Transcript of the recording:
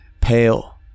pale